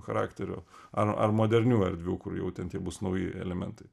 charakterio ar ar modernių erdvių kur jau ten tie bus nauji elementai